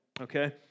Okay